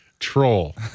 Troll